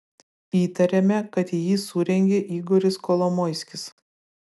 įtariame kad jį surengė igoris kolomoiskis